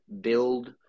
build